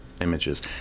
images